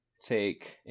take